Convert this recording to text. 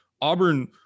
Auburn